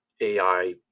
AI